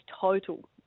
total